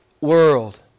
world